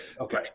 Okay